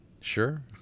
Sure